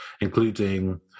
including